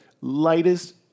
lightest